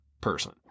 person